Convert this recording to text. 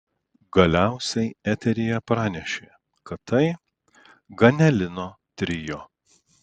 galiausiai eteryje pranešė kad tai ganelino trio